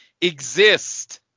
exist